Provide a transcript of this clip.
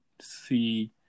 see